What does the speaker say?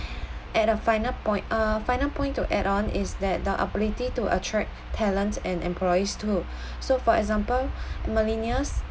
add a final point uh final point to add on is that the ability to attract talents and employees too so for example millennials